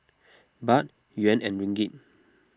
Baht Yuan and Ringgit